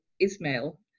Ismail